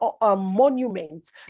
monuments